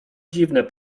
dziwne